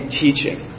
teaching